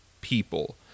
people